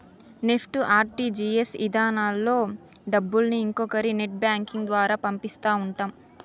NEFT, RTGS ఇధానాల్లో డబ్బుల్ని ఇంకొకరి నెట్ బ్యాంకింగ్ ద్వారా పంపిస్తా ఉంటాం